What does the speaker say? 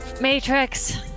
Matrix